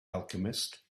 alchemist